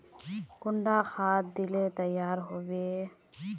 कुंडा खाद दिले तैयार होबे बे?